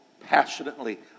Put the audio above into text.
passionately